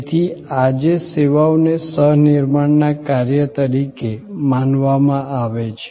તેથી આજે સેવાઓને સહ નિર્માણના કાર્ય તરીકે માનવામાં આવે છે